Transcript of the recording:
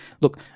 look